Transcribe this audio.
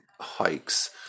hikes